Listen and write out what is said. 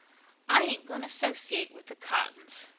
i ain't going to, sociate with the cottons,